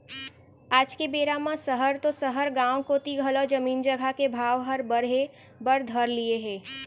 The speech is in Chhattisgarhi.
आज के बेरा म सहर तो सहर गॉंव कोती घलौ जमीन जघा के भाव हर बढ़े बर धर लिये हे